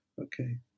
Okay